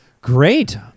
great